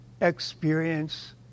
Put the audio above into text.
experience